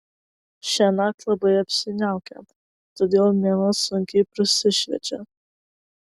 šiąnakt labai apsiniaukę todėl mėnuo sunkiai prasišviečia